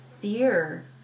fear